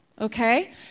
okay